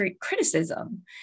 criticism